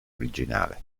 originale